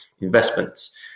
investments